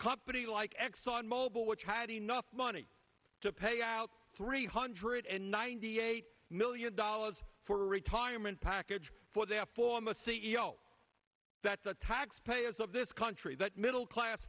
company like exxon mobil which had enough money to pay out three hundred and ninety eight million dollars for retirement package for their former c e o that's the taxpayers of this country that middle class